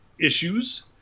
issues